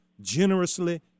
generously